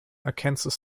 arkansas